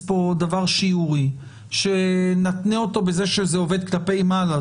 דבר שיורי שנתנה אותו בזה שזה עובד כלפי מעלה,